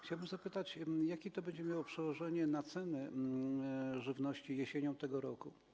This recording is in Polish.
Chciałbym zapytać, jakie to będzie miało przełożenie na ceny żywności jesienią tego roku.